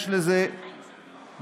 יש לזה גם,